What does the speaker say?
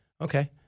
okay